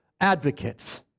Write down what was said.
advocates